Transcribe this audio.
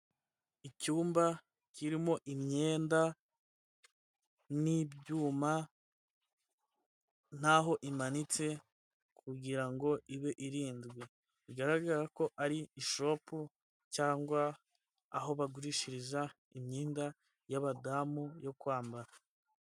Icyumba kirimo imyenda n'ibyuma n'aho imanitse kugira ngo ibe irinzwe bigaragara ko ari ishopu cyangwa aho bagurishiriza imyenda y'abadamu yo kwambara.